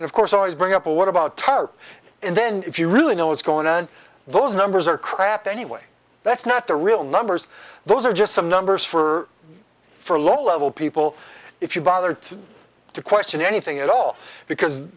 and of course always bring up what about tarp and then if you really know what's going on those numbers are crap anyway that's not the real numbers those are just some numbers for for low level people if you bothered to question anything at all because